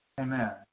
Amen